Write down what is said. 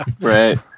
right